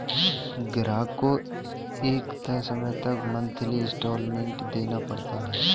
ग्राहक को एक तय समय तक मंथली इंस्टॉल्मेंट देना पड़ता है